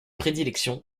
prédilection